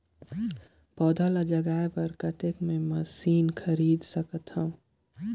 पौधा ल जगाय बर कतेक मे मशीन खरीद सकथव?